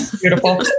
Beautiful